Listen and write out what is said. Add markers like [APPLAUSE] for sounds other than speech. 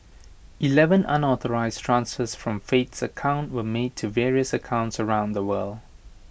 Eleven unauthorised [UNINTELLIGIBLE] from Faith's account were made to various accounts around the world